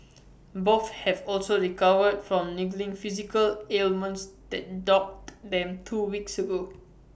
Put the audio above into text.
both have also recovered from niggling physical ailments that dogged them two weeks ago